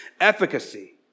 efficacy